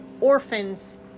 orphans